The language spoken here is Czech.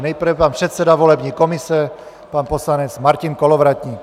Nejprve pan předseda volební komise pan poslanec Martin Kolovratník.